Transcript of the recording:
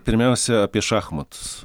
pirmiausia apie šachmatus